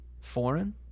foreign